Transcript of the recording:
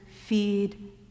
Feed